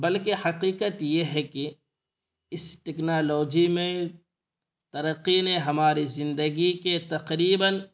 بلکہ حقیقت یہ ہے کہ اس ٹیکنالوجی میں ترقی نے ہماری زندگی کے تقریباً